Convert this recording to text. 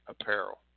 apparel